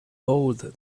hold